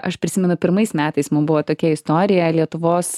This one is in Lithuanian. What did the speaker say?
aš prisimenu pirmais metais mum buvo tokia istorija lietuvos